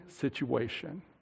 situation